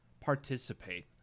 Participate